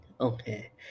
Okay